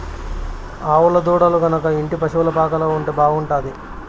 ఆవుల దూడలు గనక ఇంటి పశుల పాకలో ఉంటే బాగుంటాది